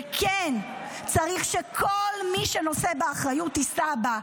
וכן, צריך שכל מי שנושא באחריות, יישא בה,